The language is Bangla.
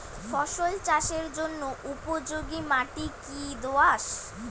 ফসল চাষের জন্য উপযোগি মাটি কী দোআঁশ?